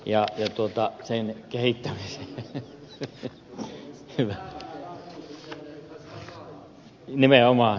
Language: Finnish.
nimenomaan kun saadaan ensin vähän varoja